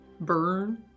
burn